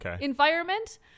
environment